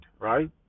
right